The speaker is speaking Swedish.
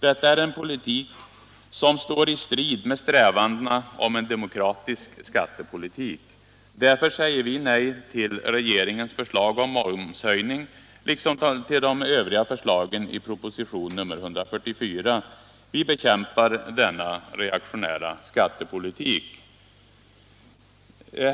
Detta är en politik som står i strid med strävandena att skapa en demokratisk skattepolitik. Därför säger vi nej till regeringens förslag om momshöjning liksom till de övriga förslagen i propositionen 144. Vi bekämpar denna reaktionära skattepolitik.